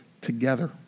together